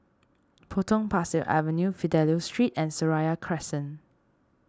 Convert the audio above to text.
Potong Pasir Avenue Fidelio Street and Seraya Crescent